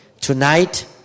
Tonight